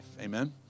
amen